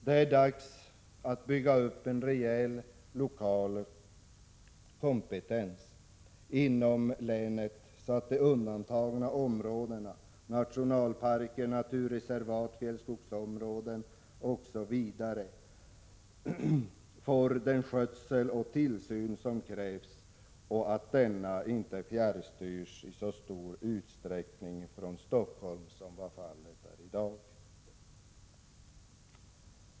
Det är dags att bygga upp en rejäl lokal kompetens inom länet, så att de undantagna områdena — nationalparker, naturreservat, fjällskogsområden osv. — får den skötsel och tillsyn som krävs och att denna inte fjärrstyrs från Stockholm i så stor utsträckning som vad fallet är i dag.